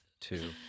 two